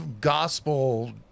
gospel